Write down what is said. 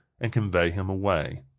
and convey him away.